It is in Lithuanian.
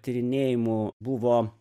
tyrinėjimų buvo